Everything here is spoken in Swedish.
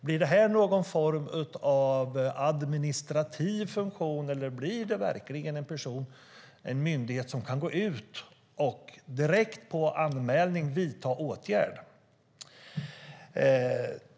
Blir det här någon form av administrativ funktion, eller blir det verkligen en person, en myndighet som direkt efter en anmälning kan vidta en åtgärd?